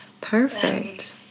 Perfect